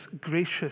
gracious